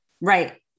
Right